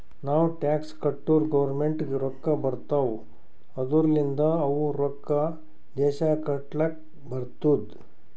ನಾವ್ ಟ್ಯಾಕ್ಸ್ ಕಟ್ಟುರ್ ಗೌರ್ಮೆಂಟ್ಗ್ ರೊಕ್ಕಾ ಬರ್ತಾವ್ ಅದೂರ್ಲಿಂದ್ ಅವು ರೊಕ್ಕಾ ದೇಶ ಕಟ್ಲಕ್ ಬರ್ತುದ್